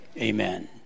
amen